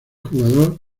jugador